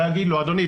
להגיד לו: אדוני,